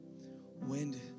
Wind